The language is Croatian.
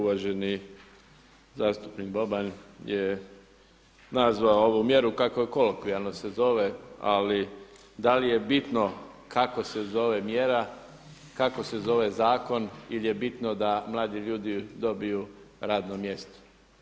Uvaženi zastupnik Boban je nazvao ovu mjeru kako kolokvijalno se zove ali da li je bitno kako se zove mjera, kako se zove zakon ili je bitno da mladi ljudi dobiju radno mjesto?